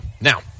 Now